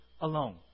alone